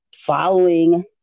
following